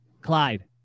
Clyde